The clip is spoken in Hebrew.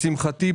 לשמחתי,